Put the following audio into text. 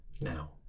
now